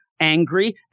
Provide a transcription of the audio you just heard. angry